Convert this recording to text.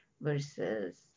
versus